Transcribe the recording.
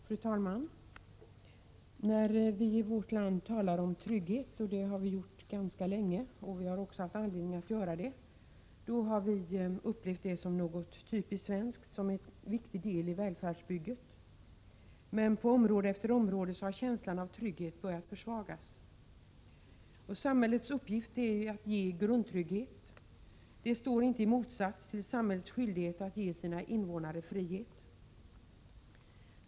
Fru talman! När vi i vårt land talat om trygghet, och det har vi gjort ganska länge och också haft anledning att göra, då har vi upplevt det som något typiskt svenskt och som en viktig del i välfärdsbygget. Men på område efter område har känslan av trygghet börjat försvagas. Samhällets uppgift är ju att ge grundtrygghet. Det står inte i motsats till samhällets skyldighet att ge sina invånare frihet.